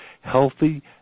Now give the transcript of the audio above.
healthy